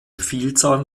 vielzahl